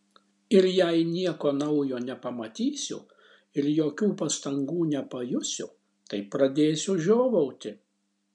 ir jei nieko naujo nepamatysiu ir jokių pastangų nepajusiu tai pradėsiu žiovauti